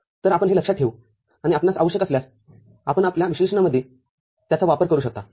तरआपण हे लक्षात ठेवू आणि आपणास आवश्यक असल्यास आपण आपल्या विश्लेषणामध्ये त्याचा वापर करू शकता